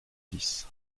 six